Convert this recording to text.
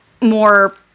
more